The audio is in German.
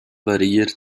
variiert